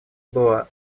было